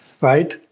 Right